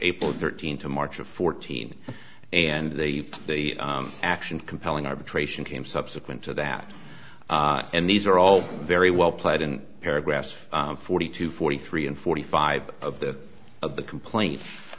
april thirteenth to march of fourteen and they gave the action compelling arbitration came subsequent to that and these are all very well played in paragraphs forty two forty three and forty five of the of the complaint